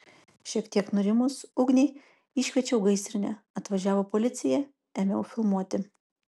šiek tiek nurimus ugniai iškviečiau gaisrinę atvažiavo policija ėmiau filmuoti